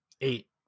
Eight